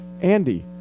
Andy